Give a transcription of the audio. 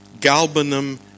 galbanum